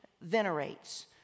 venerates